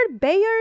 Bayard